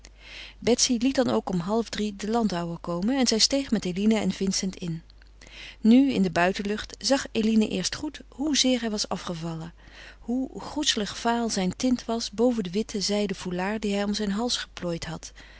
betsy liet dan ook om halfdrie den landauer komen en zij steeg met eline en vincent in nu in de buitenlucht zag eline eerst goed hoezeer hij was afgevallen hoe groezelig vaal zijn tint was boven den witten zijden foulard dien hij om zijn hals geplooid had